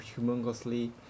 humongously